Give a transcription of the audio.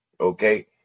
Okay